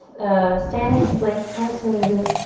standing splits, nice and easy.